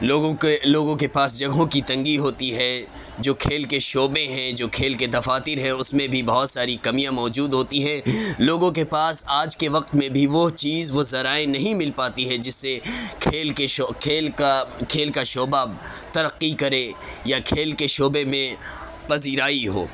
لوگوں کے لوگوں کے پاس جگہوں کی تنگی ہوتی ہے جو کھیل کے شعبے ہیں جو کھیل کے دفاتر ہیں اس میں بھی بہت ساری کمیاں موجود ہوتی ہیں لوگوں کے پاس آج کے وقت میں بھی وہ چیز وہ ذرائع نہیں مل پاتی ہیں جس سے کھیل کے شو کھیل کا کھیل کا شعبہ ترقی کرے یا کھیل کے شعبے میں پذیرائی ہو